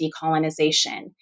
decolonization